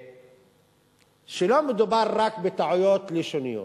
שלא מדובר רק בטעויות לשוניות.